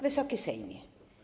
Wysoki Sejmie!